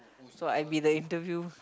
so I been the interview